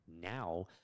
Now